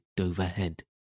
overhead